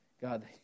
God